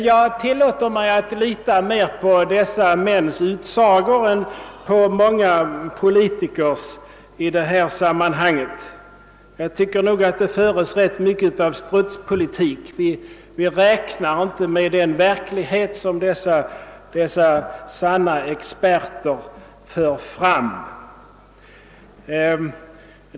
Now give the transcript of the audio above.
Jag tillåter mig att lita mera på dessa mäns utsagor än på många politikers i detta sammanhang. Jag tycker nog att det förs rätt mycket av strutspolitik — vi räknar inte med den verklighet som dessa sanna experter talar om.